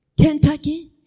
Kentucky